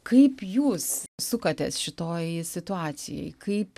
kaip jūs sukatės šitoj situacijoj kaip